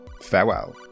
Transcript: farewell